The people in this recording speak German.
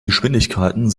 geschwindigkeiten